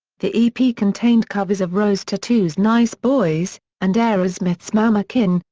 the ep contained covers of rose tattoo's nice boys and aerosmith's mama kin,